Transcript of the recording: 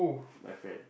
my friend